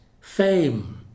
Fame